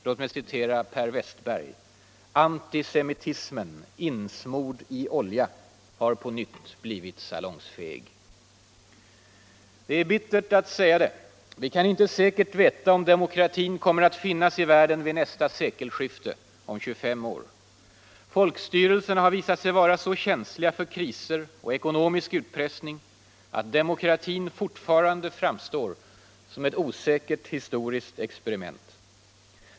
Låt mig citera Per Wästberg: ”Anti-semitismen, insmord i olja, har på nytt blivit salongsfähig.” Det är bittert att säga det: Vi kan inte säkert veta om demokratin kommer att finnas i världen vid nästa sekelskifte, om 25 år. Folkstyrelserna har visat sig vara så känsliga för kriser och ekonomisk utpressning att demokratin fortfarande framstår som ett osäkert historiskt experiment.